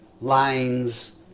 lines